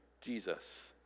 Jesus